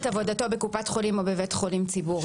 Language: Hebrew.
עבודתו בקופת חולים או בבית חולים ציבורי.